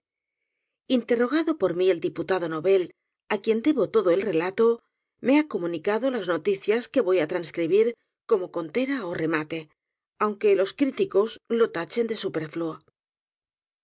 interrogado por mí el diputado novel á quien debo todo el relato me ha comunicado las noticias que voy á transcribir como contera ó remate aun que los críticos lo tachen de